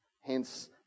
hence